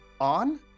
on